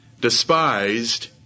despised